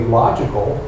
logical